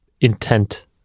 intent